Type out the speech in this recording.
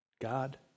God